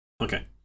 Okay